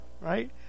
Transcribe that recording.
right